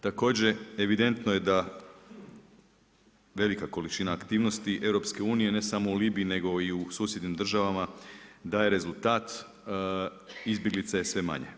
Također evidentno je da velika količina aktivnosti EU-a ne samo u Libiji nego i u susjednim državama daje rezultat, izbjeglica je sve manje.